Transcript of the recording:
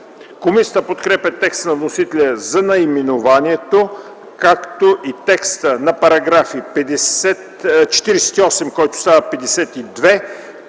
Комисията подкрепя текста на вносителя за наименованието, както и текста на § 48, който става §